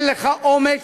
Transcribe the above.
אין לך אומץ.